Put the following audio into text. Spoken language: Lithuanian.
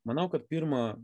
manau kad pirma